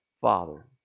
father